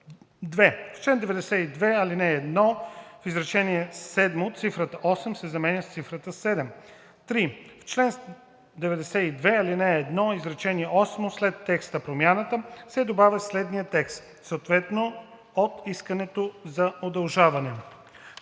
2. В чл. 92, ал. 1 в изречение 7-о цифрата „8“ се заменя с цифрата „74". 3. В чл. 92, ал. 1 в изречение 8-о след текста „промяната“ се добавя следният текст: „съответно от искането за удължаване“.